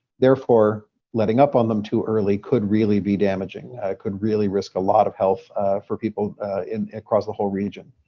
therefore letting up on them too early could really be damaging. it could really risk a lot of health for people across the whole region.